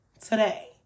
today